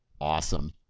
awesome